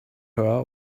her